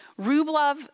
Rublev